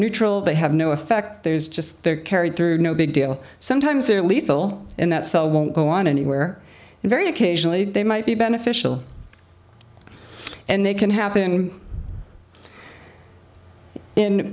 neutral they have no effect there's just they're carried through no big deal sometimes they're lethal in that cell won't go on and where very occasionally they might be beneficial and they can happen in